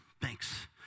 thanks